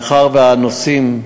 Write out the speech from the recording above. מאחר שהנושאים,